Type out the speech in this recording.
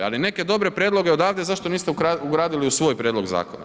Ali neke dobre prijedlog odavde, zašto niste ugradili u svoj prijedlog zakona?